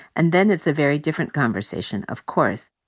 and then it's a very different conversation, of course.